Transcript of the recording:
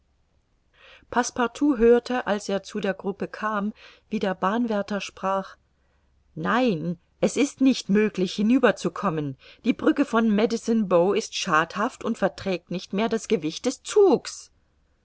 hörte als er zu der gruppe kam wie der bahnwärter sprach nein es ist nicht möglich hinüberzukommen die brücke von medecine bow ist schadhaft und verträgt nicht mehr das gewicht des zugs